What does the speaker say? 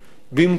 במקום זה,